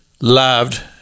loved